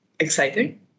exciting